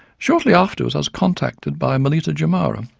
shortly afterwards i was contacted by a melita giummarra,